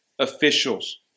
officials